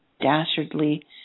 dastardly